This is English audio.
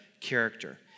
character